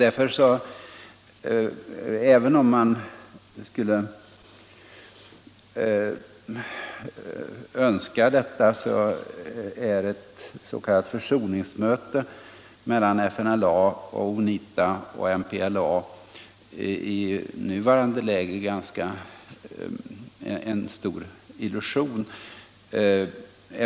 Även om man skulle önska att ett s.k. försoningsmöte mellan FNLA, UNITA och MPLA kom till stånd, är detta i nuvarande läge en illusion.